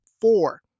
four